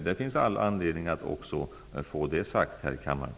Det finns all anledning att också få det sagt här i kammaren.